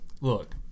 look